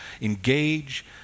engage